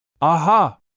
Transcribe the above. Aha